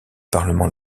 parlement